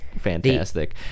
fantastic